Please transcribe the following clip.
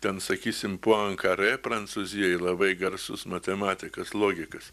ten sakysim puankarė prancūzijoj labai garsus matematikas logikas